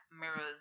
mirrors